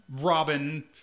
Robin